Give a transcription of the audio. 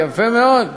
זה יפה מאוד.